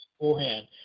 beforehand